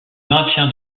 maintien